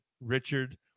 Richard